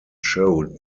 showed